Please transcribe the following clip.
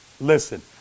Listen